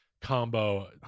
combo